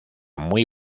muy